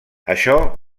això